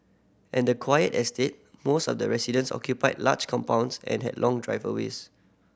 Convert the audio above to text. at the quiet estate most of the residences occupied large compounds and had long driveways